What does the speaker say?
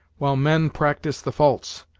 while men practyse the false.